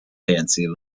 fancy